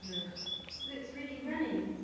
this looks really runny.